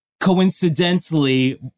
coincidentally